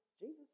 Jesus